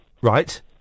Right